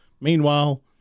Meanwhile